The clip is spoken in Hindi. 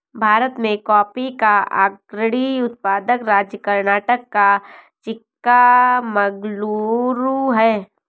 भारत में कॉफी का अग्रणी उत्पादक राज्य कर्नाटक का चिक्कामगलूरू है